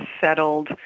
settled